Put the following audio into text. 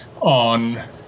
on